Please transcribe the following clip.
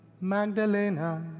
Magdalena